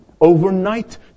overnight